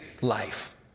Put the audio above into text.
life